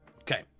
Okay